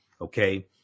Okay